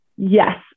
Yes